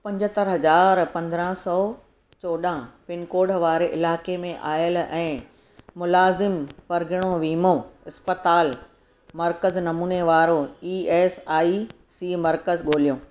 पंजहतरि हज़ार पंद्रहं सौ चौॾहं पिनकोड वारे इलाइक़े में आयल ऐं मुलाज़िम परॻिणो वीमो इस्पतालि मर्कज़ नमूने वारा ई एस आई सी मर्कज़ ॻोल्हियो